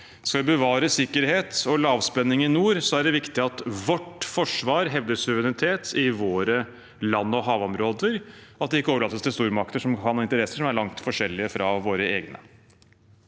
Skal vi bevare sikkerhet og lavspenning i nord, er det viktig at vårt forsvar hevder suverenitet i våre land- og havområder, at det ikke overlates til stormakter som kan ha noen interesser som er langt forskjellige fra våre egne.